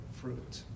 fruit